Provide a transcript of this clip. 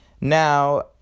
Now